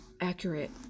accurate